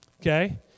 Okay